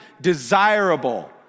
desirable